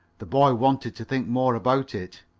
the boy wanted to think more about it.